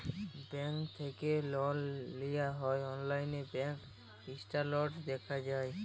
bank থ্যাকে লল লিয়া হ্যয় অললাইল ব্যাংক ইসট্যাটমেল্ট দ্যাখা যায়